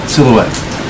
Silhouette